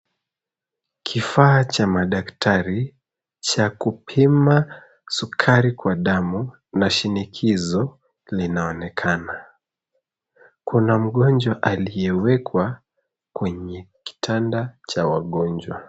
Kifaa cha madaktari cha kupima sukari kwa damu, na shinikizo, linaonekana. Kuna mgonjwa aliyewekwa kwenye kitanda cha wagonjwa.